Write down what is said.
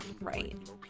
Right